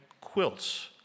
quilts